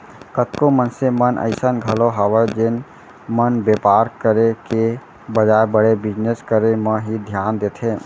कतको मनसे मन अइसन घलौ हवय जेन मन बेपार करे के बजाय बड़े बिजनेस करे म ही धियान देथे